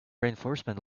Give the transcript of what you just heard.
reinforcement